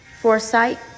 foresight